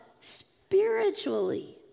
spiritually